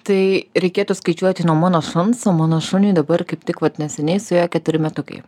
tai reikėtų skaičiuoti nuo mano šuns o mano šuniui dabar kaip tik vat neseniai suėjo keturi metukai